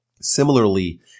Similarly